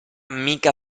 mica